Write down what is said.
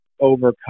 overcome